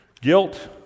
Guilt